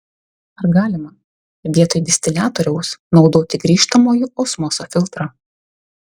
ar galima vietoj distiliatoriaus naudoti grįžtamojo osmoso filtrą